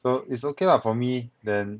so is okay lah for me then